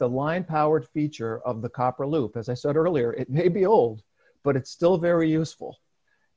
the line powered feature of the copper loop as i said earlier it may be old but it's still very useful